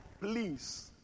please